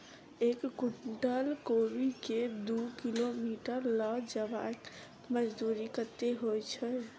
एक कुनटल कोबी केँ दु किलोमीटर लऽ जेबाक मजदूरी कत्ते होइ छै?